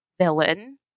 villain